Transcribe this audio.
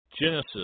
Genesis